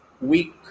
week